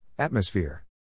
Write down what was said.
Atmosphere